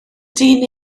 dyn